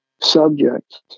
subjects